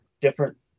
different